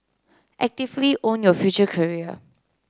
actively own your future career